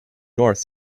north